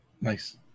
Nice